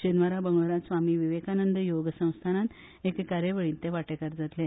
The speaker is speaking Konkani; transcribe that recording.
शेनवारा बंगळुरात स्वामी विवेकानंद योग संस्थानात एके कार्यावळीत ते वाटेकार जातले